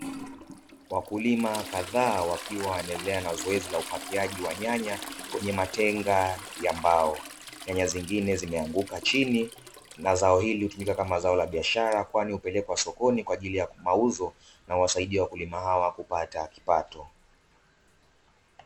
Wakulima kadhaa wakiwa wanaendelea na zoezi la upakiaji wa nyanya kwenye matenga ya mbao ,nyanya zingine zime anguka chini na zao hili hutumika kama zao la biashara kwani hupelekwa sokoni kwaajili ya mauzo na huwasaidia wakulima hawa kupata kipato.